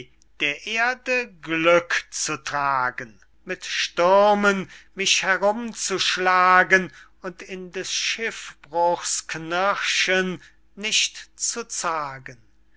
der erde glück zu tragen mit stürmen mich herumzuschlagen und in des schiffbruchs knirschen nicht zu zagen